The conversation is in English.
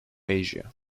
asia